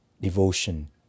devotion